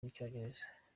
rw’icyongereza